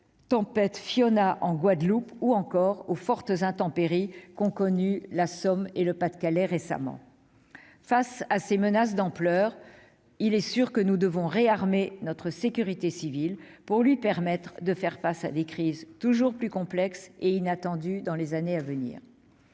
tempête Fiona en Guadeloupe ou encore aux fortes intempéries qu'ont connues la Somme et le Pas-de-Calais récemment. Face à ces menaces d'ampleur, nous devons réarmer notre sécurité civile pour lui permettre de faire face à des crises toujours plus complexes et inattendues dans les années à venir.